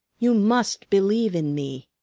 you must believe in me.